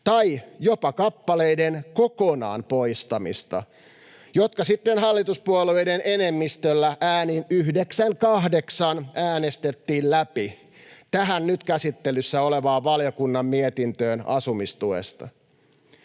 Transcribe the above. tai jopa kappaleiden kokonaan poistamista, jotka sitten hallituspuolueiden enemmistöllä äänin 9—8 äänestettiin läpi tähän nyt käsittelyssä olevaan valiokunnan mietintöön asumistuesta.